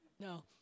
No